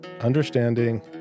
understanding